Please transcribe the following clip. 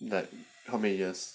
like how many years